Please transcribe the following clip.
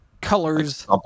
Colors